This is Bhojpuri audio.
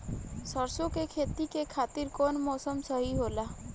सरसो के खेती के खातिर कवन मौसम सही होला?